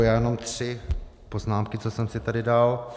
Jenom tři poznámky, co jsem si tady dal.